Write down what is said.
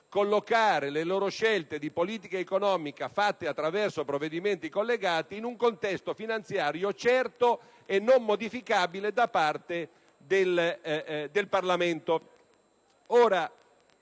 collocare le loro scelte di politica economica, fatte attraverso provvedimenti collegati, in un contesto finanziario certo e non modificabile da parte del Parlamento.